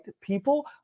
people